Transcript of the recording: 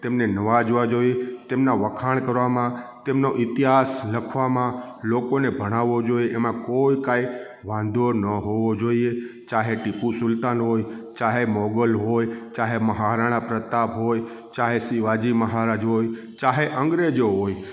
તેમને નવાજવા જોઈએ તેમના વખાણ કરવામાં તેમનો ઈતિહાસ લખવામાં લોકોને ભણાવવો જોઈએ એમાં કોઈ કાંઈ વાંધો ન હોવો જોઈએ ચાહે ટીપુ સુલતાન હોય ચાહે મોગલ હોય ચાહે મહારાણા પ્રતાપ હોય ચાહે શિવાજી મહારાજ હોય ચાહે અંગ્રેજો હોય